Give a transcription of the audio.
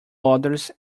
others